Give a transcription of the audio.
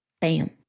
Bam